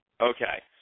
Okay